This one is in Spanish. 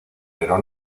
pero